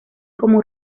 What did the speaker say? como